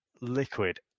liquid